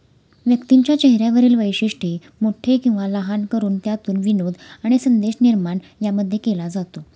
व्यक्तींच्या चेहऱ्यावरील वैशिष्ट्ये मोठ्ठे किंवा लहान करून त्यातून विनोद आणि संदेश निर्माण यामध्ये केला जातो